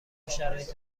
شرایط